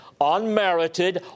unmerited